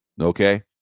Okay